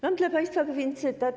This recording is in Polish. Mam dla państwa pewien cytat.